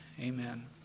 amen